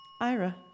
Ira